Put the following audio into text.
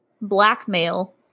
blackmail